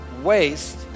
waste